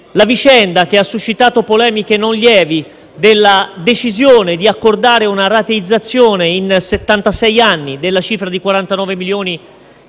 la vicenda, che ha suscitato polemiche non lievi, della decisione di accordare una rateizzazione in settantasei anni della cifra di 49 milioni